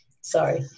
Sorry